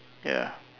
ya